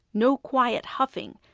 no quiet huffing,